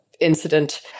incident